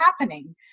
happening